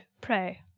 pray